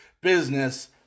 business